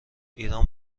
ایران